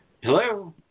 Hello